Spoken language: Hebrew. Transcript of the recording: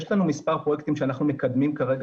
יש לנו מספר פרויקטים שאנחנו מקדמים כרגע